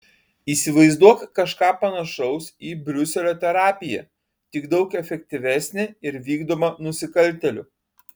įsivaizduok kažką panašaus į briuselio terapiją tik daug efektyvesnę ir vykdomą nusikaltėlių